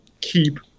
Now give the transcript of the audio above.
keep